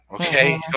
okay